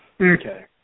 okay